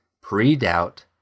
pre-doubt